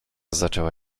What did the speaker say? zaczęła